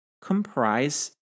comprise